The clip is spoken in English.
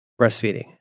breastfeeding